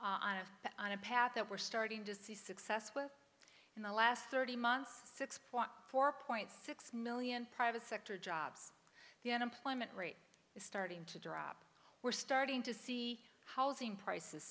it on a path that we're starting to see success with in the last thirty months six point four point six million private sector jobs the unemployment rate is starting to drop we're starting to see housing prices